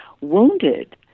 wounded